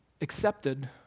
accepted